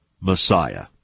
Messiah